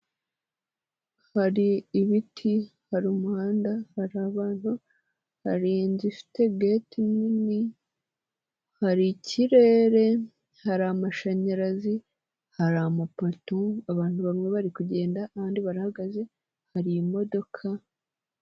Hari ibiti, hari umuhanda, hari abantu, hari inzu ifite geti nini, hari ikirere, hari amashanyarazi, hari amapoto, abantu bamwe bari kugenda abandi barahagaze, hari imodoka,,,